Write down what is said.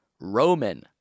Roman